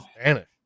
Spanish